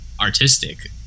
artistic